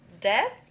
death